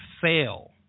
fail